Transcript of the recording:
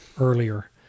earlier